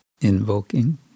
invoking